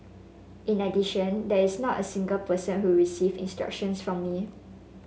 in addition there is not a single person who received instructions from me